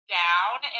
down